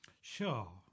Sure